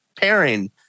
pairing